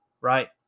Right